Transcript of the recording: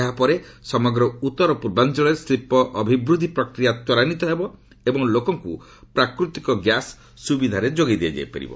ଏହାପରେ ସମଗ୍ର ଉତ୍ତର ପୂର୍ବାଞ୍ଚଳରେ ଶିଳ୍ପ ଅଭିବୃଦ୍ଧି ପ୍ରକ୍ରିୟା ତ୍ୱରାନ୍ୱିତ ହେବ ଏବଂ ଲୋକଙ୍କୁ ପ୍ରାକୃତିକ ଗ୍ୟାସ୍ ସୁବିଧାରେ ଯୋଗାଇ ଦିଆଯାଇ ପାରିବ